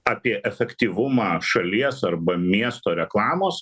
apie efektyvumą šalies arba miesto reklamos